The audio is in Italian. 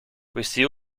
questi